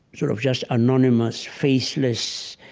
sort of just anonymous, faceless